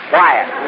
Quiet